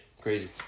Crazy